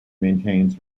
maintains